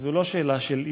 שזו לא שאלה של "אם",